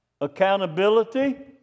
Accountability